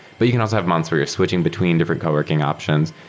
but you can also have months where you're switching between different color working options.